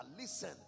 Listen